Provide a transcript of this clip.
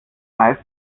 meist